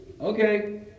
okay